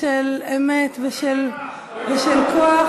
של אמת ושל כוח.